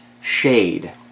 shade